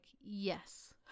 yes